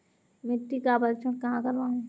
मिट्टी का परीक्षण कहाँ करवाएँ?